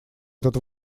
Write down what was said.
этот